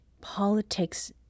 politics